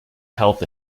health